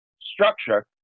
structure